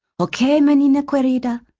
okay, menina querida?